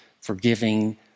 forgiving